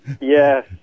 Yes